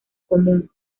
común